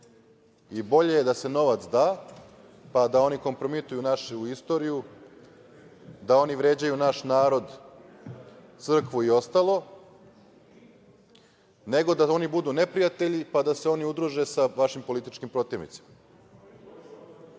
primer. Bolje je da se novac da, pa da oni kompromituju našu istoriju, da oni vređaju naš narod, crkvu i ostalo, nego da oni budu neprijatelji, pa da se oni udruže sa vašim političkim protivnicima.